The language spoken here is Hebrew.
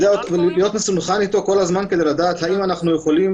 להיות מסונכרן איתו כל הזמן כדי לדעת האם אנחנו יכולים